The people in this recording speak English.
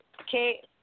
Okay